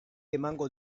emango